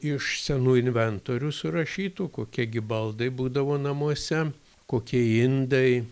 iš senų inventorių surašytų kokie gi baldai būdavo namuose kokie indai